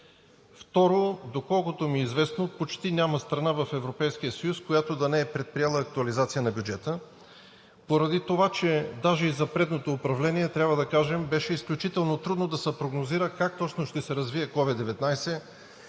Второ, доколкото ми е известно, почти няма страна в Европейския съюз, която да не е предприела актуализация на бюджета, поради това че даже и за предното управление трябва да кажем, че беше изключително трудно да се прогнозира как точно ще се развие COVID-19,